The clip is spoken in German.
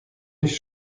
nicht